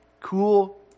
cool